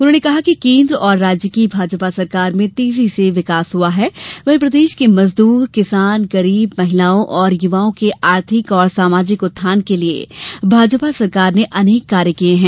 उन्होंने कहा कि केन्द्र और राज्य की भाजपा सरकार में तेजी से विकास हुआ है वही प्रदेश के मजदूर किसान गरीब महिलाओं और युवाओं के आर्थिक और सामाजिक उत्थान के लिये भाजपा सरकार ने कार्य किये है